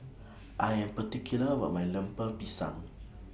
I Am particular about My Lemper Pisang